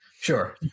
Sure